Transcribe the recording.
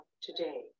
today